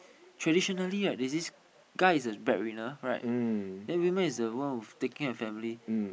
traditionally right there's this guy who is a bread winner and the women who's the one who is taking the family